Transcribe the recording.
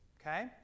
Okay